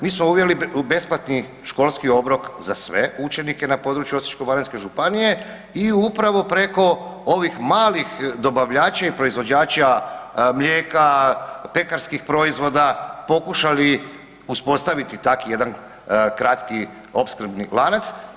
Mi smo uveli besplatni školski obrok za sve učenike na području Osječko-baranjske županije i upravo preko ovih malih dobavljača i proizvođača mlijeka, pekarskih proizvoda, pokušali uspostaviti taki jedan kratki opskrbni lanac.